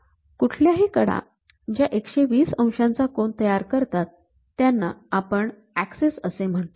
कुठल्याही कडा ज्या १२० अंशांचा कोन तयार करतात त्यांना आपण ऍक्सिस असे म्हणतो